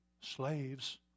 slaves